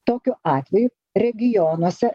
tokiu atveju regionuose